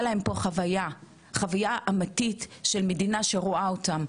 להם פה חוויה אמיתית של מדינה שרואה אותם.